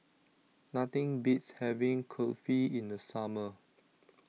Nothing Beats having Kulfi in The Summer